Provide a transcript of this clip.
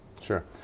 Sure